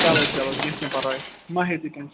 چلو چلو کیٚنٛہہ چھُنہٕ پرواے مَہ ہیٚیُو تُہۍ ٹیٚنشَن